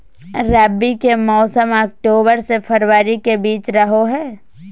रबी के मौसम अक्टूबर से फरवरी के बीच रहो हइ